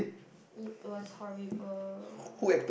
it it was horrible